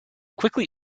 quickly